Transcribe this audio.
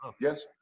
yes